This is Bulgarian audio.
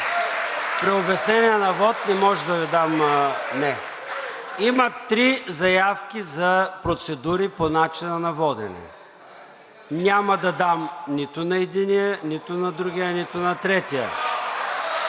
При обяснение на вот не може да Ви дам – не. Има три заявки за процедури по начина на водене. Няма да дам нито на единия, нито на другия, нито на третия.